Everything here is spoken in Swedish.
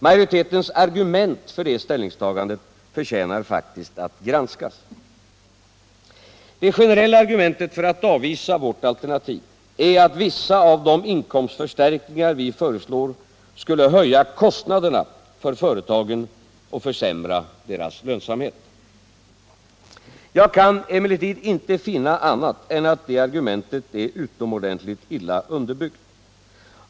Majoritetens argument för det ställningstagandet förtjänar faktiskt att granskas. Det generella argumentet för att avvisa vårt alternativ är att vissa av de inkomstförstärkningar som vi föreslår skulle höja kostnaderna för företagen och försämra deras lönsamhet. Jag kan emellertid inte finna annat än att det argumentet är utomordentligt illa underbyggt.